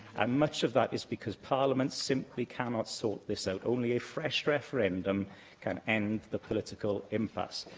and much of that is because parliament simply cannot sort this out. only a fresh referendum can end the political impasse.